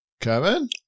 Kevin